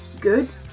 good